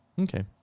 Okay